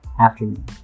afternoon